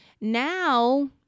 now